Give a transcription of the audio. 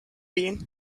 been